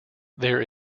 there